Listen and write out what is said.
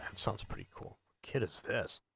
sounds pretty cool kids this